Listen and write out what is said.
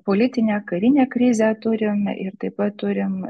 politinę karinę krizę turim ir taip pat turim